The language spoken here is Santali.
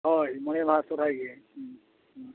ᱦᱳᱭ ᱢᱚᱬᱮ ᱢᱟᱦᱟ ᱥᱚᱦᱚᱨᱟᱭ ᱜᱮ ᱦᱮᱸ ᱦᱮᱸ